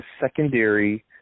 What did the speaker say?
secondary